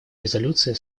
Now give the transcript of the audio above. резолюции